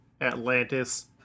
Atlantis